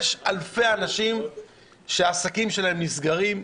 יש אלפי אנשים שהעסקים שלהם נסגרים,